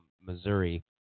Missouri